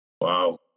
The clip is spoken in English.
Wow